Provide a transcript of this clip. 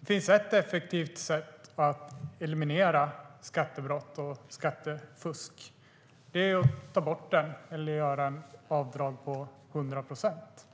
Det finns ett effektivt sätt att eliminera skattebrott och skattefusk, och det är att ta bort skatten eller göra ett avdrag på 100 procent.